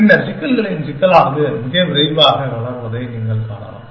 பின்னர் சிக்கல்களின் சிக்கலானது மிக விரைவாக வளர்வதை நீங்கள் காணலாம்